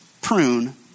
prune